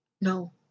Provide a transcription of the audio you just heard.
No